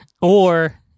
Or-